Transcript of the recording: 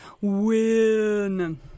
win